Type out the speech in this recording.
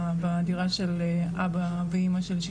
בדירה של אבא שלי ואמא שלי,